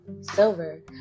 silver